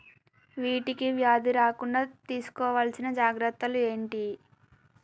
వీటికి వ్యాధి రాకుండా తీసుకోవాల్సిన జాగ్రత్తలు ఏంటియి?